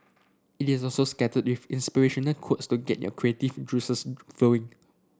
it is also scattered with inspirational quotes to get your creative juices flowing